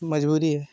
मजबूरी है